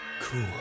cool